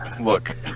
Look